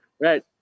Right